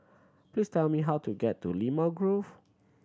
please tell me how to get to Limau Grove